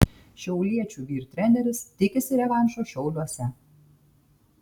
šiauliečių vyr treneris tikisi revanšo šiauliuose